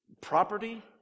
property